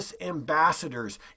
ambassadors